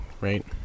right